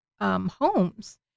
homes